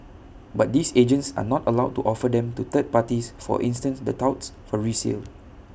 but these agents are not allowed to offer them to third parties for instance the touts for resale